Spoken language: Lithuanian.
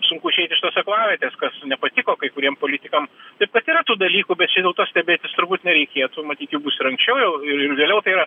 sunku išeit iš tos aklavietės kas nepatiko kai kuriem politikam taip kad yra tų dalykų bet čia dėl to stebėtis turbūt nereikėtų matyt jų bus ir anksčiau jau ir vėliau tai yra